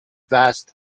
vast